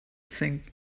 think